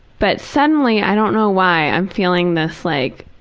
but suddenly, i don't know why, i'm feeling this like,